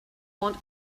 want